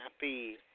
happy